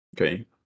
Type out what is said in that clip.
Okay